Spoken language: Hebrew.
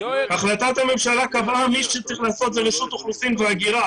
החלטת הממשלה קבעה שמי שצריך לעשות זאת רשות האוכלוסין וההגירה,